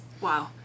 Wow